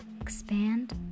Expand